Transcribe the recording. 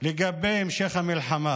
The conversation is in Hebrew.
לגבי המשך המלחמה.